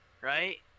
Right